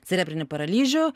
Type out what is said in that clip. cerebrinį paralyžių